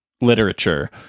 Literature